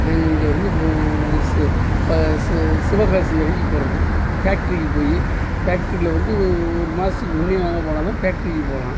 நாங்கள் இங்கேருந்து இப்போ சி இப்போ சி சிவகாசி வரைக்கும் போகறது ஃபேக்ட்ரிக்கு போய் ஃபேக்ட்ரியில வந்து ஒரு மாதத்துக்கு முன்னையே அங்கே போனால் தான் ஃபேக்ட்ரிக்கு போகலாம்